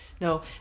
No